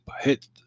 hit